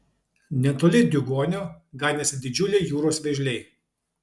netoli diugonio ganėsi didžiuliai jūros vėžliai